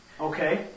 Okay